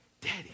Daddy